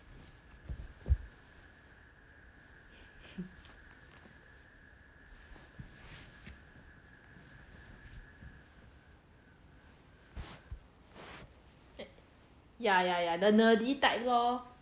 ya ya ya the nerdy type lor